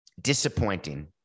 disappointing